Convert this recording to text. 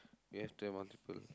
you have to have multiple